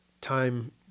time